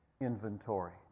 inventory